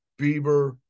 Bieber